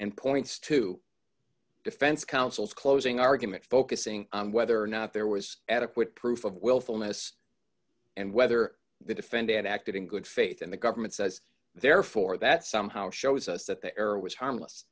and points to defense counsel's closing argument focusing on whether or not there was adequate proof of willfulness and whether the defendant acted in good faith and the government says therefore that somehow shows us that the error was harmless